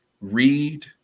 read